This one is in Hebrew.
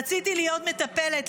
רציתי להיות מטפלת,